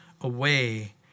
away